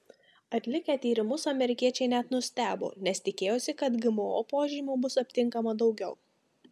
atlikę tyrimus amerikiečiai net nustebo nes tikėjosi kad gmo požymių bus aptinkama daugiau